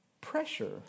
pressure